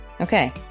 Okay